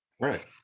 Right